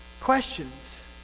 questions